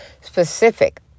specific